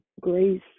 grace